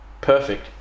perfect